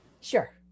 Sure